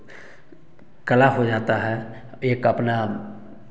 कला हो जाता है एक अपना